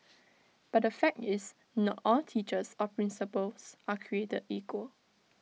but the fact is not all teachers or principals are created equal